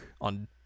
on